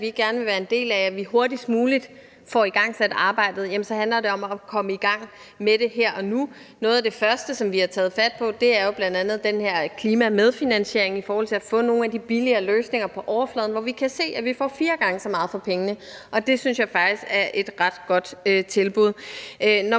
vi gerne vil være en del af, at vi hurtigst muligt får igangsat arbejdet, så handler det om at komme i gang med det her og nu. Noget af det første, som vi har taget fat på, er jo bl.a. den her klimamedfinansiering i forhold til at få nogle af de billigere løsninger på overfladen, hvor vi kan se, at vi får fire gange så meget for pengene. Det synes jeg faktisk er et ret godt tilbud. Når